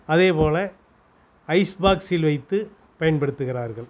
அதேபோல் ஐஸ் பாக்ஸில் வைத்து பயன்படுத்துகிறார்கள்